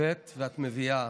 הבאת ואת מביאה,